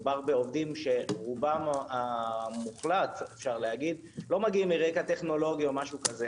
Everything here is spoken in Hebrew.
מדובר בעובדים שרובם המוחלט לא מגיע מרקע טכנולוגי או משהו כזה.